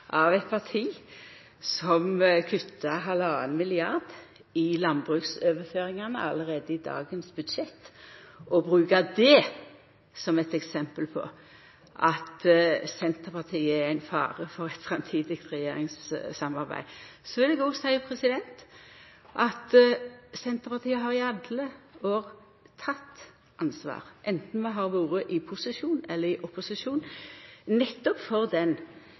av eit parti som kuttar halvanna milliard kroner i landbruksoverføringane allereie i dagens budsjett, å bruka det som eit eksempel på at Senterpartiet er ein fare i eit framtidig regjeringssamarbeid. Så vil eg òg seia at Senterpartiet har, anten vi har vore i posisjon eller i opposisjon, i alle år teke ansvar nettopp for den